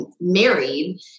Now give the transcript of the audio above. married